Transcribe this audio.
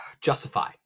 justify